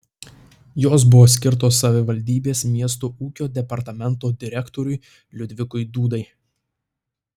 jos buvo skirtos savivaldybės miesto ūkio departamento direktoriui liudvikui dūdai